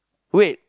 wait